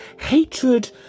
Hatred